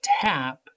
tap